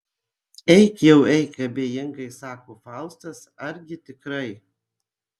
eik jau eik abejingai sako faustas argi tikrai